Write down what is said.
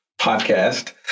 podcast